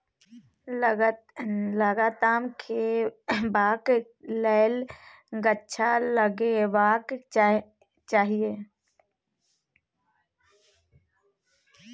लताम खेबाक लेल गाछ लगेबाक चाही